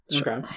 Okay